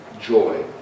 joy